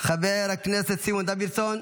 חבר הכנסת סימון דוידסון,